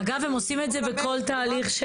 אגב, הם עושים את זה בכל תהליך.